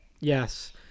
Yes